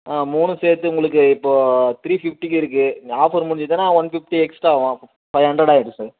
ஆ மூணும் சேர்த்து உங்களுக்கு இப்போது த்ரீ ஃபிஃப்ட்டிக்கு இருக்குது இந்த ஆஃபர் முடிஞ்சுதுன்னா ஒன் ஃபிஃப்ட்டி எக்ஸ்ட்டா ஆகும் ஃபைவ் ஹண்ட்ரட் ஆகிடும் சார்